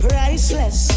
Priceless